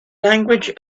language